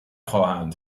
خواهند